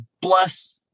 bless